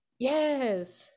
yes